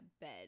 bed